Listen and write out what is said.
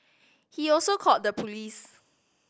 he also called the police